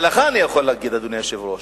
לך אני יכול להגיד, אדוני היושב-ראש: